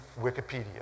Wikipedia